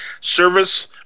Service